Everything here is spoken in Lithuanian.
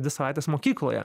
dvi savaites mokykloje